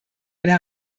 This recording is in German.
einer